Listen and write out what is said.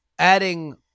adding